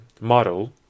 model